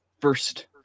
First